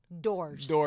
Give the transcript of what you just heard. doors